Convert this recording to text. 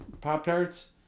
Pop-Tarts